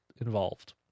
involved